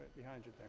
behind you